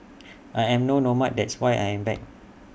I am no nomad that's why I am back